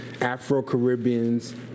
Afro-Caribbeans